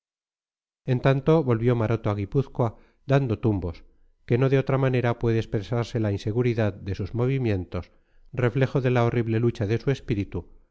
en tanto volvió maroto a guipúzcoa dando tumbos que no de otra manera puede expresarse la inseguridad de sus movimientos reflejo de la horrible lucha de su espíritu